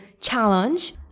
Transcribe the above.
challenge